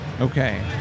Okay